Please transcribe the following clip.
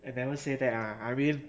I never say that ah I really